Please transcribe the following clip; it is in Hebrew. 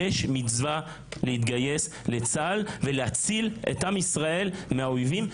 יש מצווה להתגייס לצה"ל ולהציל את עם ישראל מהאויבים.